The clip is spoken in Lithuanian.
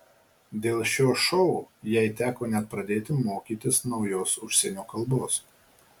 dėl šio šou jai teko net pradėti mokytis naujos užsienio kalbos